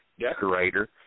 decorator